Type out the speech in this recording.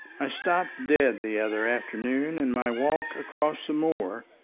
i stopped dead the other afternoon in my walk across the moor,